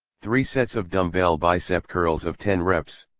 three sets of dumbbell bicep curls of ten reps.